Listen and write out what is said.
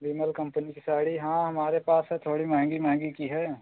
विमल company की साड़ी हाँ हमारे पास है थोड़ी महंगी महंगी की है